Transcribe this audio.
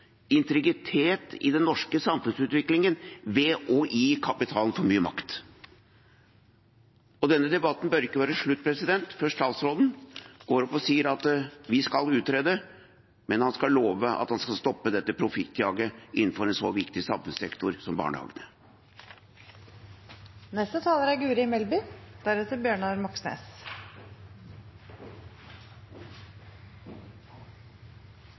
i den norske samfunnsutviklingen ved å gi kapitalen for mye makt. Denne debatten bør ikke være slutt før statsråden går opp og sier at vi skal utrede, men han skal love at han skal stoppe dette profittjaget innenfor en så viktig samfunnssektor som barnehagene. Jeg vil gjerne kommentere noen av de påstandene som er